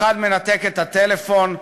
אחד מנתק את הטלפון,